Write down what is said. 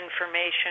information